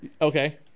Okay